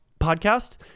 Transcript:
podcast